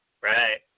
Right